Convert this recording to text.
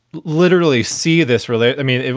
literally see this really? i mean,